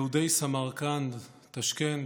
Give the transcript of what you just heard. יהודי בוכרה, סמרקנד, טשקנט,